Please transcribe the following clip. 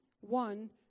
one